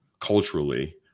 culturally